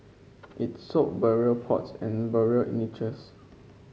it sold burial pots and burial niches